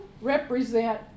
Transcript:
represent